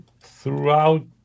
throughout